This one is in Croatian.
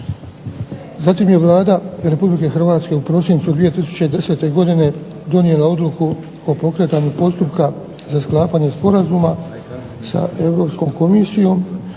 Zatim je Vlada Republike Hrvatske u prosincu 2010. godine donijela odluku o pokretanju postupka za sklapanje Sporazuma sa Europskom komisijom